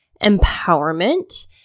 empowerment